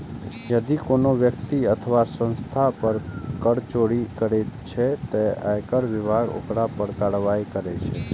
यदि कोनो व्यक्ति अथवा संस्था कर चोरी करै छै, ते आयकर विभाग ओकरा पर कार्रवाई करै छै